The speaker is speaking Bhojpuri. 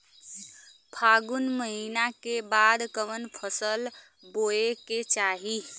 फागुन महीना के बाद कवन फसल बोए के चाही?